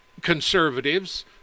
Conservatives